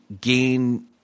gain